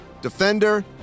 defender